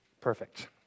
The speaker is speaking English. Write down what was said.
perfect